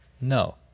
no